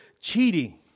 cheating